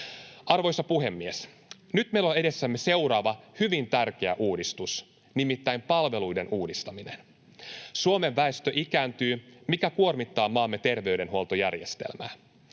Arvoisa puhemies! Nyt meillä on edessämme seuraava, hyvin tärkeä uudistus, nimittäin palveluiden uudistaminen. Suomen väestö ikääntyy, mikä kuormittaa maamme terveydenhuoltojärjestelmää.